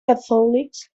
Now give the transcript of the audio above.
catholics